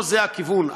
לא זה הכיוון.